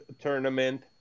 tournament